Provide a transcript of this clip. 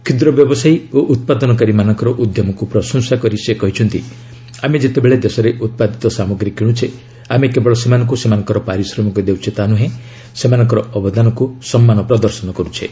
କ୍ଷୁଦ୍ର ବ୍ୟବସାୟୀ ଓ ଉତ୍ପାଦନକାରୀମାନଙ୍କର ଉଦ୍ୟମକୁ ପ୍ରଶଂସା କରି ସେ କହିଛନ୍ତି ଆମେ ଯେତେବେଳେ ଦେଶରେ ଉତ୍ପାଦିତ ସାମଗ୍ରୀ କିଣୁଛେ ଆମେ କେବଳ ସେମାନଙ୍କୁ ସେମାନଙ୍କର ପାରିଶ୍ରମିକ ଦେଉଛେ ତା'ନୁହେଁ ସେମାନଙ୍କର ଅବଦାନକୁ ସମ୍ମାନ ପ୍ରଦାନ କରୁଛେ